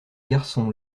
garçon